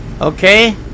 Okay